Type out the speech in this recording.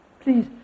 Please